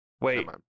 Wait